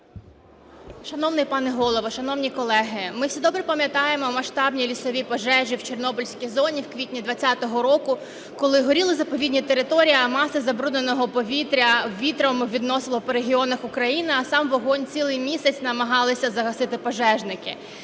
Шановний пане Голово, шановні колеги, ми всі добре пам'ятаємо масштабні лісові пожежі в Чорнобильській зоні в квітні 20-го року, коли горіла заповідна територія, а масу забрудненого повітря вітром відносило по регіонах України, а сам вогонь цілий місяць намагалися загасити пожежники.